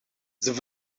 zijn